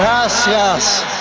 gracias